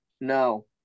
No